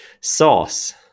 Sauce